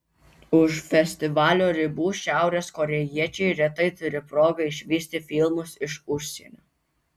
už festivalio ribų šiaurės korėjiečiai retai turi progą išvysti filmus iš užsienio